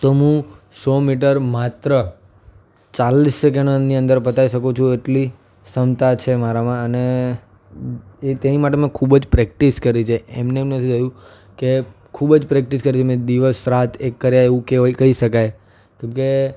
તો હું સો મીટર માત્ર ચાલીસ સેકન્ડની અંદર પતાવી શકું છું એટલી ક્ષમતા છે મારામાં અને એ તેની માટે મેં ખૂબ જ પ્રેક્ટિસ કરી છે એમનેમ નથી થયું કે ખૂબ જ પ્રેક્ટિસ કરી છે મેં દિવસ રાત એક કર્યા એવું કહેવાય કહી શકાય કેમકે